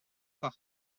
pas